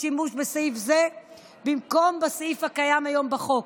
שימוש בסעיף זה במקום בסעיף הקיים היום בחוק.